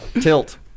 tilt